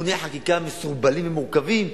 תיקוני חקיקה מסורבלים ומורכבים.